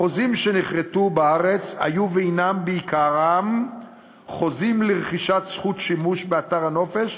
החוזים שנכרתו בארץ היו והנם בעיקרם חוזים לרכישת זכות שימוש באתר הנופש